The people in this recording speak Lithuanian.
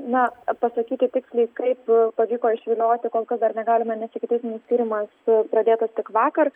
na pasakyti tiksliai kaip pavyko išvilioti kol kas dar negalime nes ikiteisminis tyrimas pradėtas tik vakar